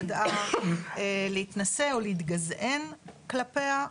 היא ידעה להתנשא ולהתגזען כלפיה.